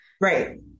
Right